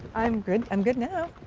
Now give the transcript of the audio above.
i'm good, i'm good now.